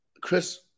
Chris